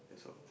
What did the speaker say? that's all